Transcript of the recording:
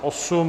8.